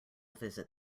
visit